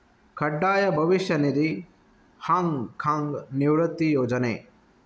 ಕಡ್ಡಾಯ ಭವಿಷ್ಯ ನಿಧಿ, ಹಾಂಗ್ ಕಾಂಗ್ನ ನಿವೃತ್ತಿ ಯೋಜನೆ